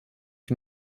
qui